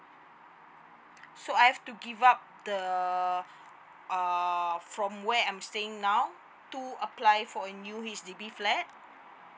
so I have to give up the err from where I'm staying now to apply for a new H_D_B flat